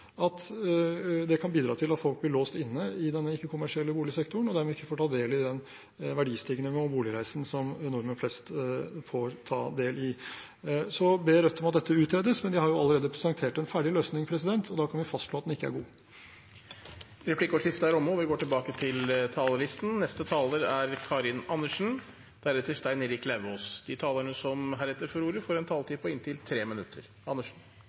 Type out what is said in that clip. det kan bidra til at folk blir låst inne i denne ikke-kommersielle boligsektoren, og dermed ikke får ta del i den verdistigningen og boligreisen som nordmenn flest får ta del i. Så ber Rødt om at dette utredes, men de har jo allerede presentert en ferdig løsning, og da kan vi fastslå at den ikke er god. Replikkordskiftet er omme. De talere som heretter får ordet, har en taletid på inntil 3 minutter. For det første: Det forslaget som er fremmet i denne saken, har ikke de